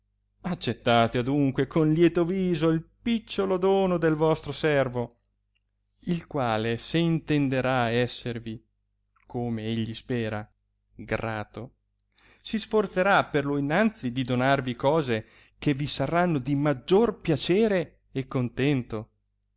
accettate adunque con lieto viso il picciolo dono del vostro servo il quale se intenderà esservi come egli spera grato si sforzerà per lo innanzi di donarvi cose che vi saranno di maggior piacere e contento